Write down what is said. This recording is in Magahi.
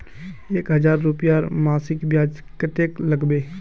एक हजार रूपयार मासिक ब्याज कतेक लागबे?